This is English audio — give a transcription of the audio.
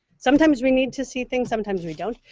sometimes we need to see things, sometimes we don't.